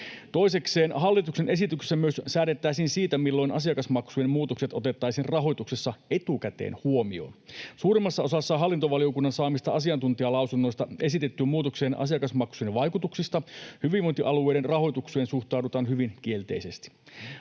Toisekseen hallituksen esityksessä myös säädettäisiin siitä, milloin asiakasmaksujen muutokset otettaisiin rahoituksessa etukäteen huomioon. Suurimmassa osassa hallintovaliokunnan saamista asiantuntijalausunnoista esitettyyn muutokseen asiakasmaksujen vaikutuksista hyvinvointialueiden rahoitukseen suhtaudutaan hyvin kielteisesti.